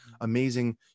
amazing